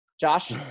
Josh